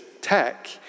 tech